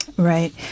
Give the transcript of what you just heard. Right